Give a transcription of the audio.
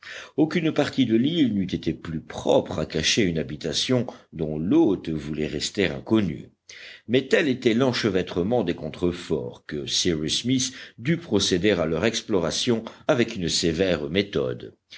aucune partie de l'île n'eût été plus propre à cacher une habitation dont l'hôte voulait rester inconnu mais tel était l'enchevêtrement des contreforts que cyrus smith dut procéder à leur exploration avec une sévère méthode